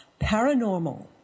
Paranormal